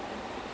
ya